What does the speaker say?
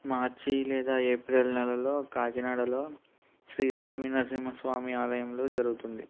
మర్చి లేదా ఏప్రిల్ నెలలో కాకినాడలో శ్రీలక్ష్మి నరసింహ స్వామి ఆలయంలో జరుగుతుంది